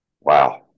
wow